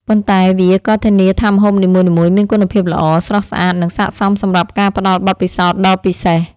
ប៉ុន្តែវាក៏ធានាថាម្ហូបនីមួយៗមានគុណភាពល្អ, ស្រស់ស្អាត, និងស័ក្ដសមសម្រាប់ការផ្ដល់បទពិសោធន៍ដ៏ពិសេស។